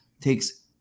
takes